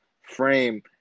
frame